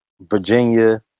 Virginia